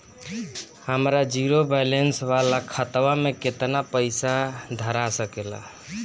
हमार zero balance वाला खतवा म केतना पईसा धरा सकेला?